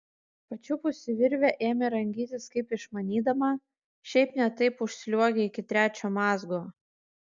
pačiupusi virvę ėmė rangytis kaip išmanydama šiaip ne taip užsliuogė iki trečio mazgo